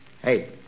Hey